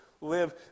live